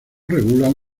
regulan